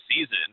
season